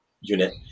unit